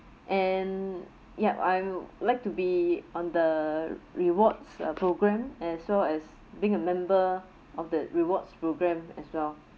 and yup I'd like to be on the rewards uh program as well as being a member of the rewards program as well